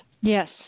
Yes